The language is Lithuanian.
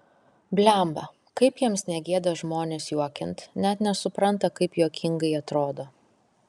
blemba kaip jiems negėda žmones juokint net nesupranta kaip juokingai atrodo